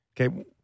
Okay